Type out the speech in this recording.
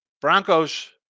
Broncos